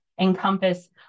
encompass